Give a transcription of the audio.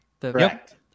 Correct